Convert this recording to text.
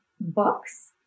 books